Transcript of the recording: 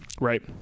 right